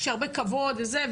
ויש הרבה כבוד וזה,